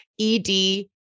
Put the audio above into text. ED